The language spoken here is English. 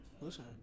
Listen